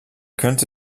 könnte